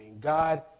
God